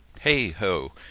Hey-ho